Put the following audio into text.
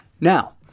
Now